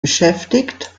beschäftigt